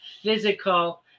physical